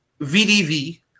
VDV